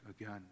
again